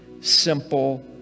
Simple